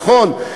נכון?